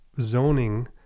zoning